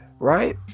right